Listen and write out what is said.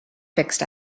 fixed